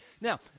Now